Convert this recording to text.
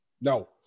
No